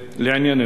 לענייננו.